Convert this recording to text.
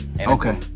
okay